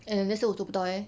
!aiya! that's why 我做不到 eh